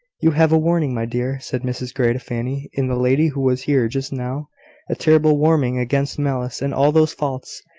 you have a warning, my dear, said mrs grey to fanny, in the lady who was here just now a terrible warning against malice and all those faults.